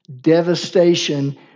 devastation